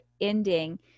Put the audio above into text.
ending